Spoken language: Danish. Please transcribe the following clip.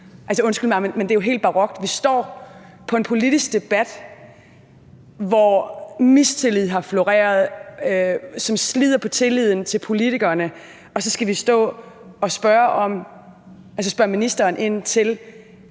undskyld mig, men det er jo helt barokt. Vi står i en politisk debat, hvor mistillid har floreret, hvilket slider på tilliden til politikerne, og så skal vi stå og spørge ministeren ind til,